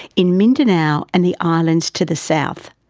in mindanao and the islands to the south.